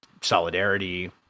solidarity